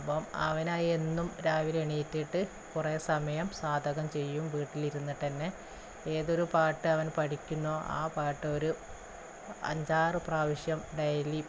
അപ്പം അവനായി എന്നും രാവിലെ എണീറ്റിട്ട് കുറേ സമയം സാധകം ചെയ്യും വീട്ടിലിരുന്നിട്ടു തന്നെ ഏതൊരു പാട്ട് അവന് പഠിക്കുന്നോ ആ പാട്ട് ഒരു അഞ്ചാറു പ്രാവശ്യം ഡെയിലി